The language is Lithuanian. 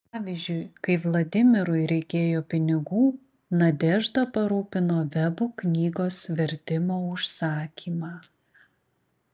pavyzdžiui kai vladimirui reikėjo pinigų nadežda parūpino vebų knygos vertimo užsakymą